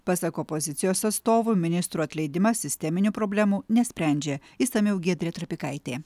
pasak opozicijos atstovų ministrų atleidimas sisteminių problemų nesprendžia išsamiau giedrė trapikaitė